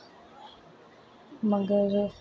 मगर